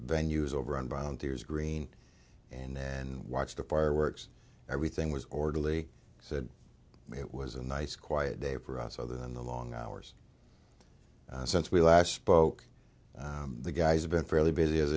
tears green and then watched the fireworks everything was orderly said it was a nice quiet day for us other than the long hours since we last spoke the guys have been fairly busy as